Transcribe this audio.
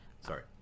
Sorry